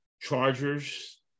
Chargers